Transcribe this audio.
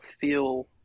feel